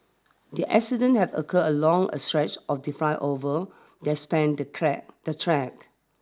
the accident had occurred along a stretch of the flyover that span the crack the track